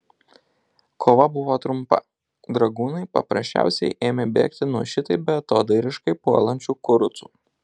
kova buvo trumpa dragūnai paprasčiausiai ėmė bėgti nuo šitaip beatodairiškai puolančių kurucų